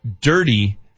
dirty